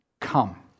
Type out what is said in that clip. come